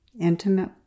intimate